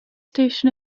station